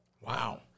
Wow